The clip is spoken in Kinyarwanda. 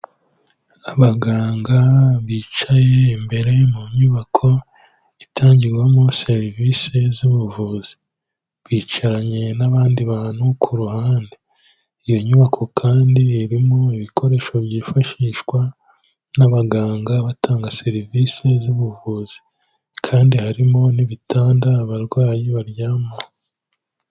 Abaganga bicaye imbere mu nyubako itangirwamo serivisi z'ubuvuzi, bicaranye n'abandi bantu ku ruhande, iyo nyubako kandi irimo ibikoresho byifashishwa n'abaganga batanga serivisi z'ubuvuzi kandi harimo n'ibitanda abarwayi baryama.